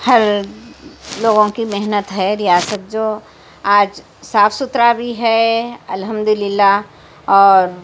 ہر لوگوں کی محنت ہے ریاست جو آج صاف ستھرا بھی ہے الحمدلِلّہ اور